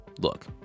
look